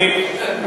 אני לא חוגג.